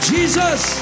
Jesus